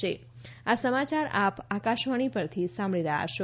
corona સંદેશ આ સમાચાર આપ આકાશવાણી પરથી સાંભળી રહ્યા છો